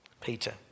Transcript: Peter